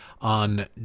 on